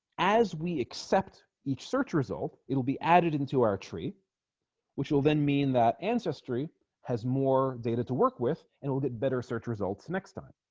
as we accept each search result it'll be added into our tree which will then mean that ancestry has more data to work with and we'll get better search results next time